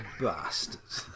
bastards